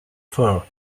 four